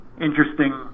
interesting